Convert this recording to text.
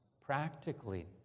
practically